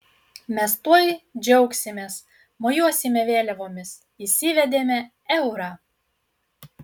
mes tuoj džiaugsimės mojuosime vėliavomis įsivedėme eurą